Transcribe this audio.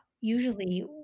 Usually